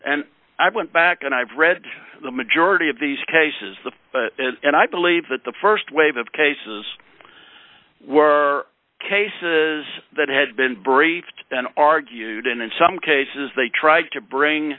and i went back and i've read the majority of these cases the and i believe that the st wave of cases were cases that had been briefed and argued and in some cases they tried to bring